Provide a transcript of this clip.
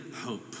hope